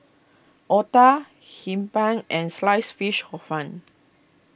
Otah Hee Pan and Sliced Fish Hor Fun